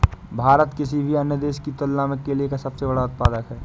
भारत किसी भी अन्य देश की तुलना में केले का सबसे बड़ा उत्पादक है